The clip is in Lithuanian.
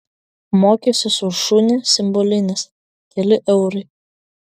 mokestis už šunį simbolinis keli eurai